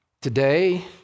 Today